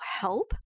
help